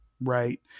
Right